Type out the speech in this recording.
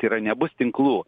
tai yra nebus tinklų